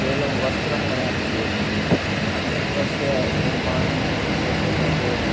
केवलं वस्त्रं मया क्रियते अन्यत् तस्य निर्माणं तस्य कृते